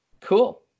Cool